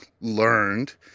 learned